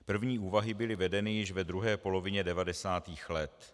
První úvahy byly vedeny již ve druhé polovině 90. let.